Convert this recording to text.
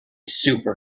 super